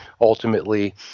ultimately